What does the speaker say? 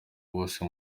bose